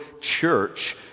church